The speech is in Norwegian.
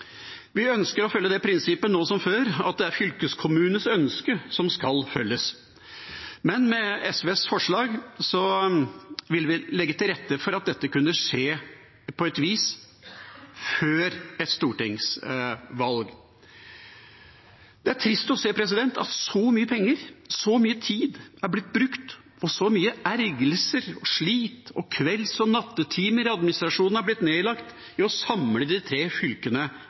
Vi ønsker å følge det prinsippet nå som før, at det er fylkeskommunenes ønske som skal følges. Men med SVs forslag vil vi legge til rette for at dette kunne skje på et vis før et stortingsvalg. Det er trist å se at så mye penger, så mye tid er blitt brukt på så mye ergrelser og slit, og kvelds- og nattetimer i administrasjonen er blitt nedlagt for å samle de tre fylkene